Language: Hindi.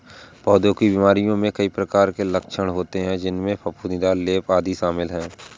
पौधों की बीमारियों में कई प्रकार के लक्षण होते हैं, जिनमें फफूंदीदार लेप, आदि शामिल हैं